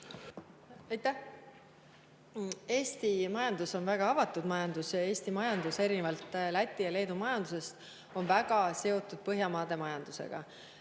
Eesti majandus on väga avatud majandus. Eesti majandus on erinevalt Läti ja Leedu majandusest väga seotud Põhjamaade majandusega.